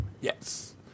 Yes